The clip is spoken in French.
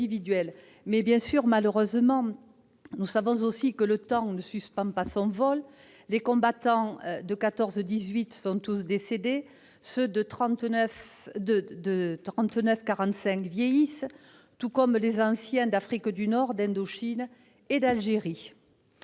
individuelles. Malheureusement, nous savons aussi que le temps ne suspend pas son vol. Les combattants de la guerre de 14-18 sont tous décédés, ceux de la guerre de 39-45 vieillissent, tout comme les anciens d'Afrique du Nord, d'Indochine et d'Algérie.